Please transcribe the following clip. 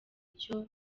icyo